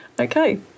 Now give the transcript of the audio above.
Okay